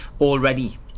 already